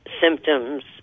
symptoms